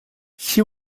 she